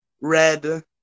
Red